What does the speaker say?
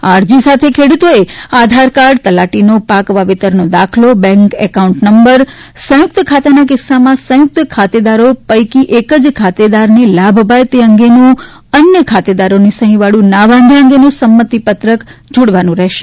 આ અરજી સાથે ખેડૂતોએ આધાર કાર્ડ તલાટીનો પાક વાવેતરનો દાખલો બેન્ક એકાઉન્ટ નંબર સંયુક્ત ખાતાના કિસ્સામાં સંયુક્ત ખાતેદારો પૈકી એક જ ખાતેદારને લાભ અપાય તે અંગેનું અન્ય ખાતેદારોની સહી વાળું ના વાંધા અંગેનું સંમતિ પત્રક જોડવાનું રહેશે